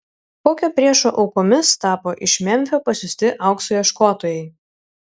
kokio priešo aukomis tapo iš memfio pasiųsti aukso ieškotojai